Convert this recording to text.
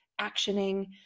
actioning